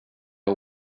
her